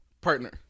partner